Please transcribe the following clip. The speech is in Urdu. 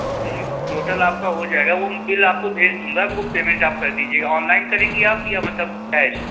میم ٹوٹل آپ کا ہو جائے گا وہ بل آپ کو بھیج دوں گا وہ پیمنٹ آپ کر دیجیے گا آن لائن کریں گی آپ یا مطلب کیش